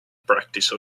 practice